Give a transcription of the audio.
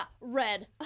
red